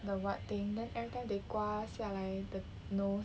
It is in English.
the what thing then everytime they 刮下来 the nose